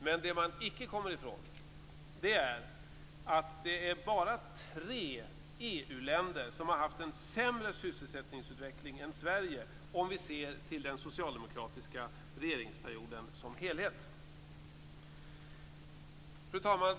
Men man kan icke komma ifrån att det bara är tre EU-länder som har haft en sämre sysselsättningsutveckling än Sverige om vi ser till den socialdemokratiska regeringsperioden som helhet. Fru talman!